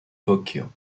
tokyo